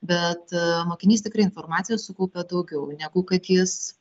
bet mokinys tikrai informaciją sukaupę daugiau negu kad jis